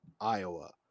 Iowa